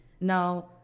Now